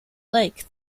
lake